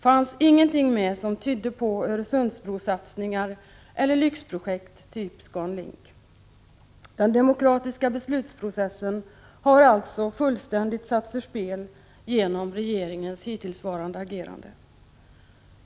fanns inget med som tydde på Öresundsbrosatsningar eller lyxprojekt av typ Scandinavian Link. Den demokratiska beslutsprocessen har alltså fullständigt satts ur spel genom regeringens hittillsvarande agerande.